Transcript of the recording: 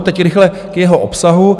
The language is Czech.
Teď rychle k jeho obsahu.